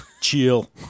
chill